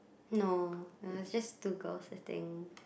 no it was just two girls I think